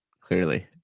Clearly